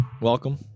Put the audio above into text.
welcome